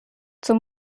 zum